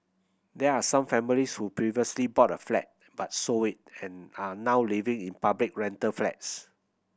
there are some families who previously bought a flat but sold we and are now living in public rental flats